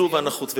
החשוב והנחוץ.